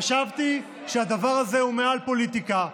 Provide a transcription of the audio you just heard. חשבתי שהדבר הזה הוא מעל פוליטיקה.